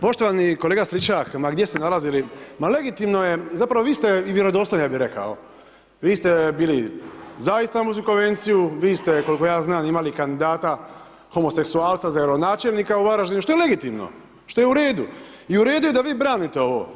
Pa poštovani kolega Stričak, ma gdje se nalazili, ma legitimno je, zapravo vi ste i vjerodostojni ja bi rekao, vi ste bili zaista za Istambulsku konvenciju, vi ste koliko ja znam, imali kandidata homoseksualca za gradonačelnika u Varaždinu, što je legitimno, što je u redu i u redu je da vi branite ovo.